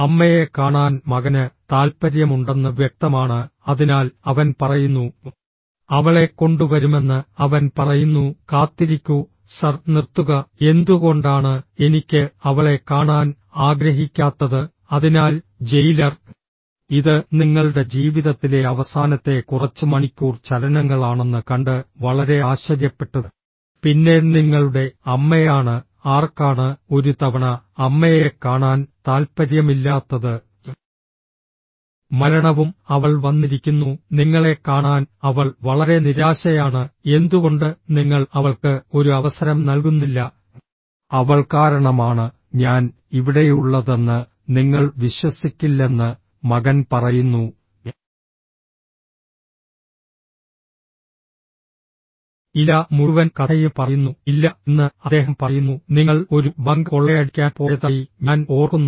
അമ്മയെ കാണാൻ മകന് താൽപ്പര്യമുണ്ടെന്ന് വ്യക്തമാണ് അതിനാൽ അവൻ പറയുന്നു അവളെ കൊണ്ടുവരുമെന്ന് അവൻ പറയുന്നു കാത്തിരിക്കൂ സർ നിർത്തുക എന്തുകൊണ്ടാണ് എനിക്ക് അവളെ കാണാൻ ആഗ്രഹിക്കാത്തത് അതിനാൽ ജയിലർ ഇത് നിങ്ങളുടെ ജീവിതത്തിലെ അവസാനത്തെ കുറച്ച് മണിക്കൂർ ചലനങ്ങളാണെന്ന് കണ്ട് വളരെ ആശ്ചര്യപ്പെട്ടു പിന്നെ നിങ്ങളുടെ അമ്മയാണ് ആർക്കാണ് ഒരു തവണ അമ്മയെ കാണാൻ താൽപ്പര്യമില്ലാത്തത് മരണവും അവൾ വന്നിരിക്കുന്നു നിങ്ങളെ കാണാൻ അവൾ വളരെ നിരാശയാണ് എന്തുകൊണ്ട് നിങ്ങൾ അവൾക്ക് ഒരു അവസരം നൽകുന്നില്ല അവൾ കാരണമാണ് ഞാൻ ഇവിടെയുള്ളതെന്ന് നിങ്ങൾ വിശ്വസിക്കില്ലെന്ന് മകൻ പറയുന്നു ഇല്ല മുഴുവൻ കഥയും പറയുന്നു ഇല്ല എന്ന് അദ്ദേഹം പറയുന്നു നിങ്ങൾ ഒരു ബാങ്ക് കൊള്ളയടിക്കാൻ പോയതായി ഞാൻ ഓർക്കുന്നു